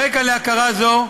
הרקע להכרה זו,